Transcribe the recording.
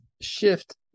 shift